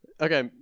Okay